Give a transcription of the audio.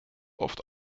oft